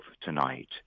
tonight